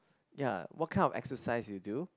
ya what kind of exercise you do